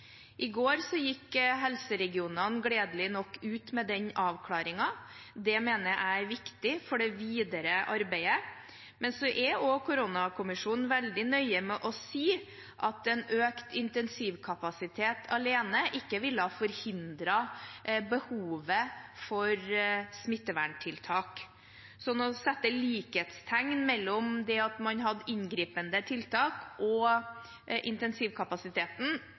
I går gikk helseregionene gledelig nok ut med den avklaringen. Det mener jeg er viktig for det videre arbeidet. Så er koronakommisjonen også veldig nøye med å si at en økt intensivkapasitet alene ikke ville forhindret behovet for smitteverntiltak, sånn at å sette likhetstegn mellom det at man hadde inngripende tiltak og intensivkapasiteten